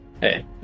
Hey